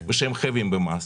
ושהם חייבים במס.